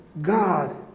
God